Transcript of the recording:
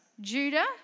Judah